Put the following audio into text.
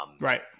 Right